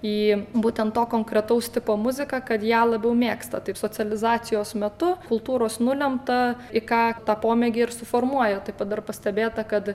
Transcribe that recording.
į būtent to konkretaus tipo muziką kad ją labiau mėgsta taip socializacijos metu kultūros nulemta į ką tą pomėgį ir suformuoja taip pat dar pastebėta kad